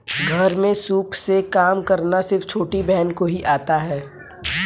घर में सूप से काम करना सिर्फ छोटी बहन को ही आता है